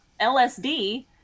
LSD